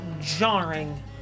jarring